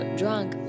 drunk